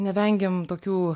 nevengiam tokių